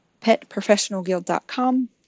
petprofessionalguild.com